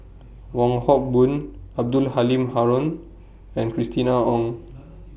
Wong Hock Boon Abdul Halim Haron and Christina Ong